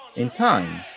in time,